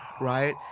right